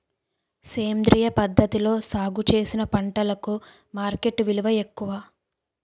సేంద్రియ పద్ధతిలో సాగు చేసిన పంటలకు మార్కెట్ విలువ ఎక్కువ